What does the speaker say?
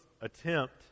attempt